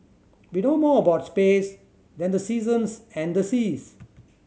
we know more about space than the seasons and the seas